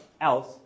else